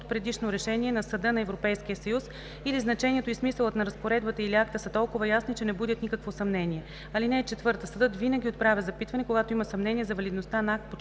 предишно решение на Съда на Европейския съюз или значението и смисълът на разпоредбата или акта са толкова ясни, че не будят никакво съмнение. (4) Съдът винаги отправя запитване, когато има съмнение за валидността на акт по чл.